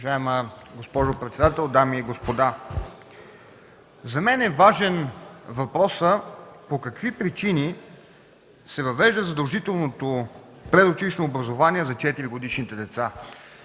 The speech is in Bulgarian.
Уважаема госпожо председател, дами и господа! За мен е важен въпросът по какви причини се въвежда задължителното предучилищно образование за 4-годишните деца.